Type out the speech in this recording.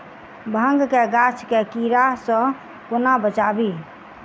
भांग केँ गाछ केँ कीड़ा सऽ कोना बचाबी?